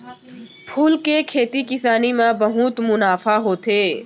फूल के खेती किसानी म बहुत मुनाफा होथे